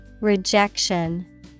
Rejection